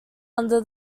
under